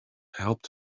helped